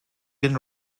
been